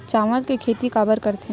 चावल के खेती काबर करथे?